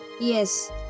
Yes